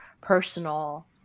personal